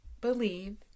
believe